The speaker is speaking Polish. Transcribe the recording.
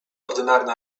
ordynarny